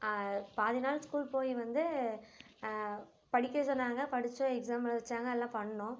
பாதி நாள் ஸ்கூல் போய் வந்து படிக்க சொன்னாங்கள் படித்தோம் எக்ஸாம்லாம் வச்சாங்க எல்லாம் பண்ணோம்